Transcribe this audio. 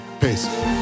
Peace